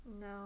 No